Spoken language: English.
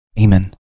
Amen